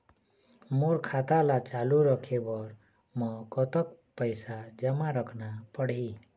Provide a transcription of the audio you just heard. मोर खाता ला चालू रखे बर म कतका पैसा जमा रखना पड़ही?